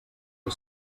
que